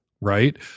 Right